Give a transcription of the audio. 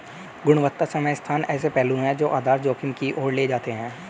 गुणवत्ता समय स्थान ऐसे पहलू हैं जो आधार जोखिम की ओर ले जाते हैं